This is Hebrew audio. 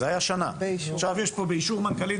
זאת הייתה שנה ועכשיו באישור מנכ"לית